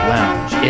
Lounge